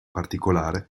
particolare